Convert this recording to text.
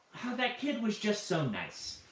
that kid was just so nice.